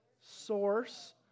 Source